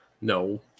No